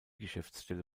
geschäftsstelle